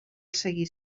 seguir